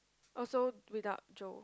oh so without Joe